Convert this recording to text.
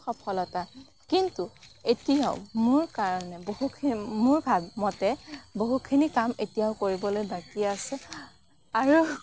সফলতা কিন্তু এতিয়াও মোৰ কাৰণে বহুখি মোৰ ভাৱ মতে বহুতখিনি কাম এতিয়াও কৰিবলৈ বাকী আছে আৰু